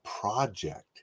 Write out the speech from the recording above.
project